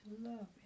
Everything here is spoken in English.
love